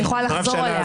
אני יכולה לחזור עליה.